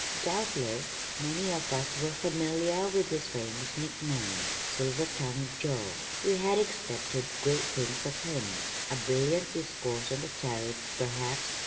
doubtless many of us were familiar with his famous nickname silver-tongued joe. we had expected great things of him a brilliant discourse on the tariff, perhaps,